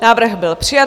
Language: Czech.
Návrh byl přijat.